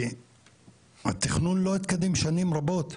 כי התכנון לא התקדם שנים רבות.